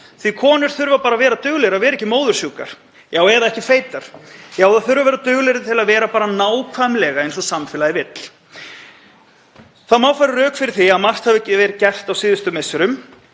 að konur þurfa bara að vera duglegri að vera ekki móðursjúkar, já eða ekki feitar. Já, þær þurfa að vera duglegri að vera bara nákvæmlega eins og samfélagið vill. Það má færa rök fyrir því að margt hafi verið gert á síðustu misserum,